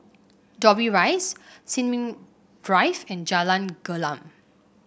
Dobbie Rise Sin Ming Drive and Jalan Gelam